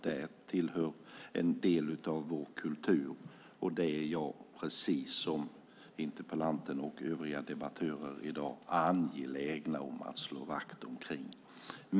Det tillhör en del av vår kultur, och det är jag, precis som interpellanten och övriga debattörer i dag, angelägen om att slå vakt om.